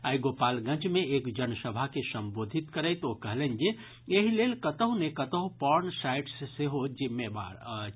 आइ गोपालगंज मे एक जनसभा के संबोधित करैत ओ कहलनि जे एहि लेल कतहु ने कतहु पॉर्न साईट्स सेहो जिम्मेदार अछि